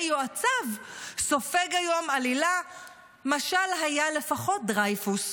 יועציו סופג היום עלילה משל היה לפחות דרייפוס.